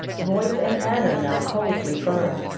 voice and manner now coldly firm.